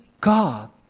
God